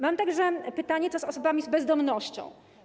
Mam także pytanie: Co z osobami bezdomnymi?